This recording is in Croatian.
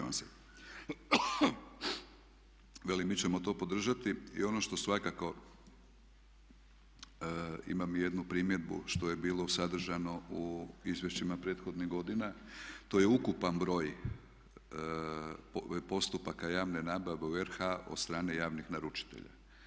Velim mi ćemo to podržati i ono što svakako, imam jednu primjedbu što je bilo sadržano u izvješćima prethodnih godina, to je ukupan broj postupaka javne nabave u RH od strane javnih naručitelja.